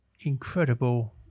incredible